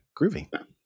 Groovy